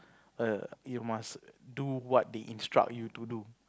err you must do what they instruct you to do